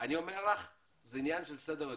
אני אומר לך שזה עניין של סדר עדיפויות.